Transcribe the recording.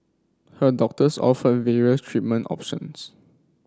her doctors offered various treatment options